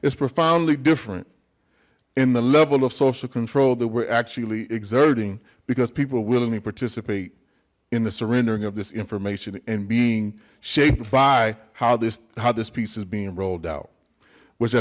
is profoundly different in the level of social control that we're actually exerting because people willingly participate in the surrendering of this information and being shaped by how this how this piece is being rolled out which i